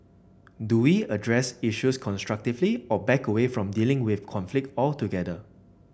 do we address issues constructively or back away from dealing with conflict altogether